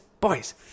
boys